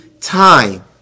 time